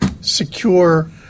secure